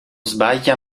sbaglia